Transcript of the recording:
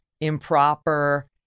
improper